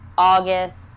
August